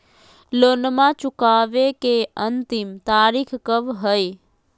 लोनमा चुकबे के अंतिम तारीख कब हय?